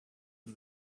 and